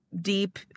deep